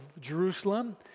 Jerusalem